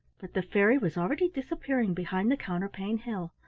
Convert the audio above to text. but the fairy was already disappearing behind the counterpane hill.